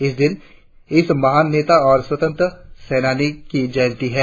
इस दिन इस महान नेता और स्वतंत्रता सेनानी की जयंती है